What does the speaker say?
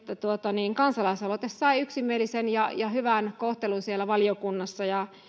kansalaisaloite sai yksimielisen ja ja hyvän kohtelun siellä valiokunnassa